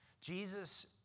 Jesus